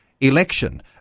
election